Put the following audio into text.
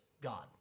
God